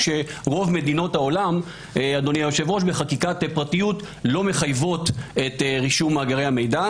כשרוב מדינות העולם בחקיקת פרטיות לא מחייבות את רישום מאגרי המידע.